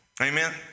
Amen